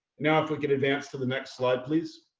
now if we could advance to the next slide please.